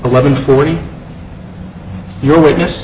eleven forty your witness